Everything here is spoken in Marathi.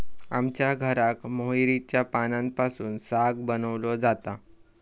आमच्या घराक मोहरीच्या पानांपासून साग बनवलो जाता